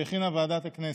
שהכינה ועדת הכנסת.